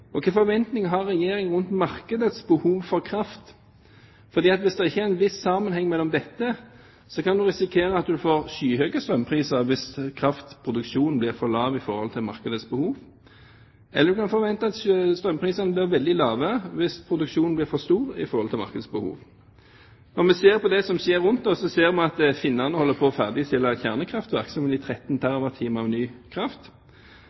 Hvilke forventninger har Regjeringen rundt markedets behov for kraft? Hvis det ikke er en viss sammenheng mellom disse, kan man risikere at vi får skyhøye strømpriser hvis kraftproduksjonen blir for lav i forhold til markedets behov, eller man kan forvente at strømprisene blir veldig lave hvis produksjonen blir for stor i forhold til markedets behov. Når vi ser på det som skjer rundt oss, ser vi at finnene holder på å ferdigstille et kjernekraftverk som vil gi 13 TWh ny kraft.